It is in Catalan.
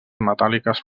metàl·liques